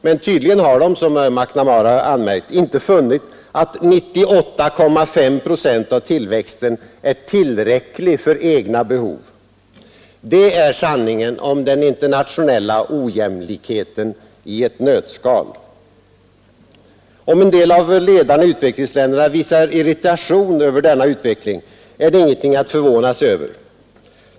Men tydligen har de, som McNamara anmärkt, inte funnit att 98,5 procent av tillväxten är tillräckligt för egna behov. Det är sanningen om den internationella ojämlikheten i ett nötskal. Om en del av ledarna i utvecklingsländerna visar irritation över denna utveckling är det ingenting att förvåna sig över.